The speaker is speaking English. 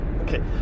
Okay